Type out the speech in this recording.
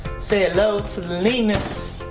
say hello to the leanness.